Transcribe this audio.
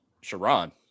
sharon